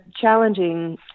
challenging